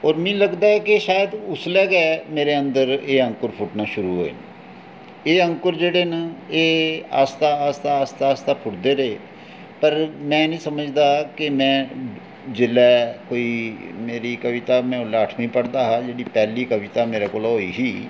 और मिगी लगदा एह् कि शैद उसलै गै मेरे अंदर एह् अंकुर फुट्टना शुरू होए एह् अंकुर जेह्ड़े न एह् आस्तै आस्तै आस्तै आस्तै फुटदे रेह् पर में निं समझदा कि में जेल्लै कोई मेरी कविता नें ओल्लै अठमीं पढ़दा हा जेह्की पैह्ली कविता मेरे कोला होई ही